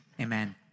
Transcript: Amen